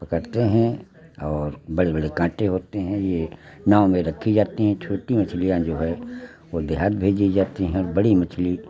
पकड़ते हैं और बड़े बड़े कांटे होते हैं ये नाव में रखी जाती हैं छोटी मछलियां जो है वो देहात भेजी जाती हैं और बड़ी मछली